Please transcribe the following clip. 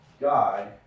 God